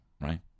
right